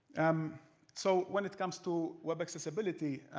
um so when it comes to web accessibility,